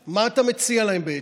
מה אתה מציע להם בעצם?